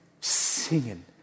Singing